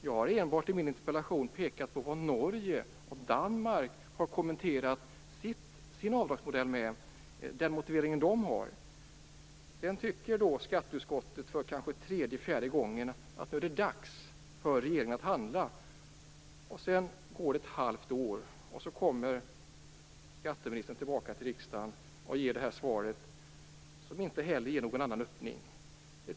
Jag har i min interpellation enbart pekat på motiven för avdragsmodellen i Norge och Danmark. Skatteutskottet har nu sagt för tredje eller fjärde gången att det är dags för regeringen att handla. Det går ett halvt år. Sedan kommer skatteministern tillbaka till riksdagen med detta svar, som inte innebär någon annan öppning.